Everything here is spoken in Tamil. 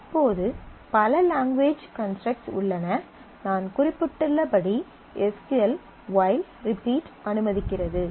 இப்போது பல லாங்குவேஜ் கன்ஸ்ட்ரக்ட்ஸ் உள்ளன நான் குறிப்பிட்டுள்ளபடி S Q L while repeat அனுமதிக்கிறது